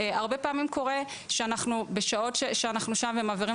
הרבה פעמים קורה שבשעות שאנחנו שם ומעבירים